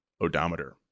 odometer